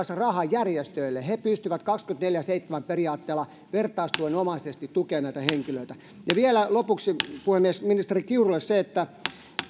sen rahan järjestöille he pystyvät kaksikymmentäneljä kautta seitsemän periaatteella vertaistuenomaisesti tukemaan näitä henkilöitä ja vielä lopuksi puhemies ministeri kiurulle se että